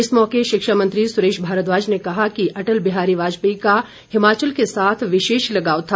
इस मौके शिक्षा मंत्री सुरेश भारद्वाज ने कहा अटल बिहारी वाजपेयी का हिमाचल के साथ विशेष लगाव था